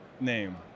name